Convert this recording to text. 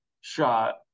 shot